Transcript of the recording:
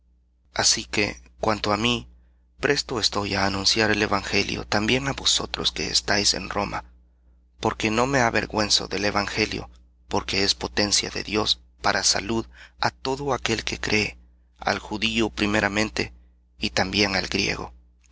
así que cuanto á mí presto estoy á anunciar el evangelio también á vosotros que estáis en roma porque no me avergüenzo del evangelio porque es potencia de dios para salud á todo aquel que cree al judío primeramente y también al griego